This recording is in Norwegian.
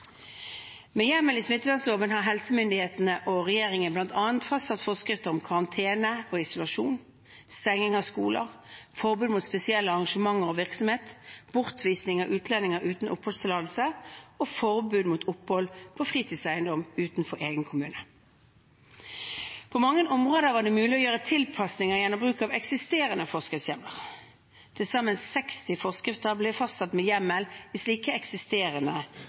Med hjemmel i smittevernloven har helsemyndighetene og regjeringen bl.a. fastsatt forskrifter om karantene og isolasjon, stenging av skoler, forbud mot spesielle arrangementer og virksomheter, bortvisning av utlendinger uten oppholdstillatelse og forbud mot opphold på fritidseiendom utenfor egen kommune. På mange områder var det mulig å gjøre tilpasninger gjennom å ta i bruk eksisterende forskriftshjemler. Til sammen 60 forskrifter har blitt fastsatt med hjemmel i slike eksisterende